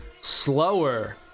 slower